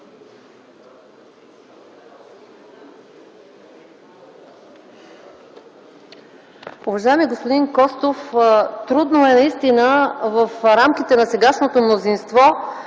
Уважаеми господин Костов, трудно е наистина в рамките на сегашното мнозинство